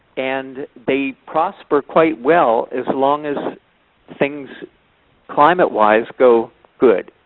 and they prosper quite well as long as things climate wise go good.